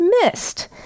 missed